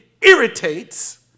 irritates